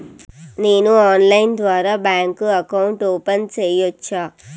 నేను ఆన్లైన్ ద్వారా bank account open సేయొచ్చా?